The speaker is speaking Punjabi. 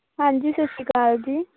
ਹਾਂਜੀ ਸਤਿ ਸ਼੍ਰੀ ਅਕਾਲ ਜੀ